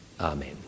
Amen